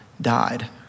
died